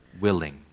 willing